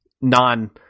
non-